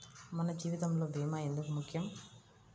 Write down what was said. మన జీవితములో భీమా ఎందుకు ముఖ్యం?